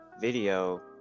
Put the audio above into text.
video